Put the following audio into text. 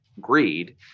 greed